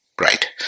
right